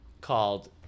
called